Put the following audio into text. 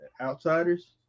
outsiders